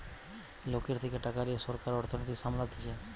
লোকের থেকে টাকা লিয়ে সরকার অর্থনীতি সামলাতিছে